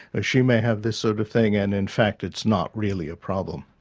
ah she may have this sort of thing and in fact it's not really a problem.